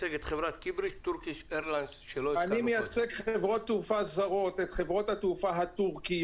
אני מייצג את חברות התעופה הטורקיות,